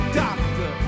doctor